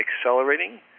accelerating